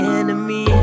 enemy